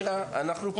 הנה, אנחנו פה.